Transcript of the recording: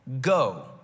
go